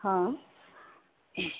हँ